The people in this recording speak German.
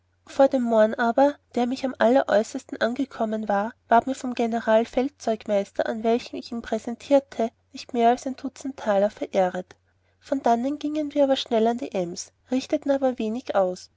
vor den mohren aber der mich am allersaursten ankommen war ward mir vom gen feldzeugmeister als welchen ich ihm präsentierte nicht mehr als zwei dutzet taler verehret von dannen giengen wir schnell an die ems richteten aber wenig aus